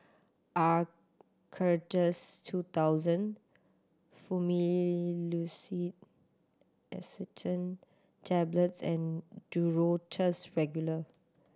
Acardust two thousand Tablets and Duro Tuss Regular